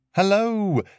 Hello